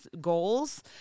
goals